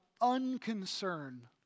unconcern